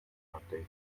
update